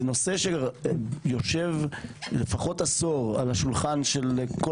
זה נושא שיושב לפחות עשור על השולחן של כל